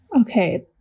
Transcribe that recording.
Okay